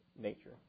nature